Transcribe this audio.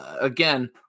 again